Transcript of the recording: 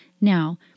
Now